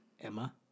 Emma